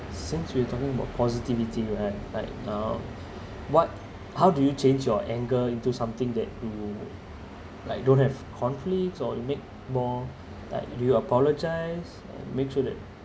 since we are talking about positivity right right now what how do you change your anger into something that you like don't have conflicts or you make more like do you apologise make sure that